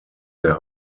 their